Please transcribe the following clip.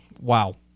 wow